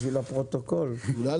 בשביל הפרוטוקול.